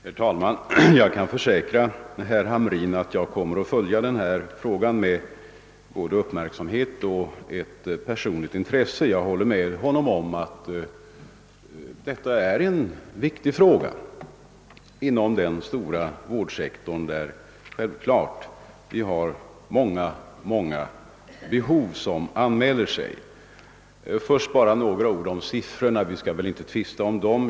Herr talman! Jag kan försäkra herr Hamrin i Kalmar att jag kommer att följa denna fråga med både uppmärksamhet och ett personligt intresse. Jag håller med honom om att detta är en viktig fråga inom den stora vårdsektorn, där givetvis många behov anmäler sig. Först några ord om siffrorna!